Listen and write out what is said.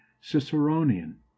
ciceronian